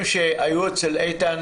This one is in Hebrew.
שהיו אצל איתן